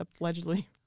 allegedly